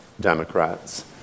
Democrats